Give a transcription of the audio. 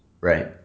right